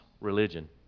religion